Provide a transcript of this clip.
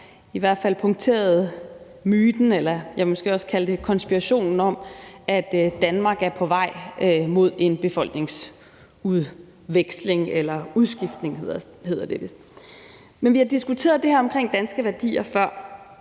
i hvert fald punkterede myten, eller jeg vil måske også kalde det for konspirationen, om, at Danmark er på vej mod en befolkningsudskiftning. Men vi har diskuteret det her omkring danske værdier før,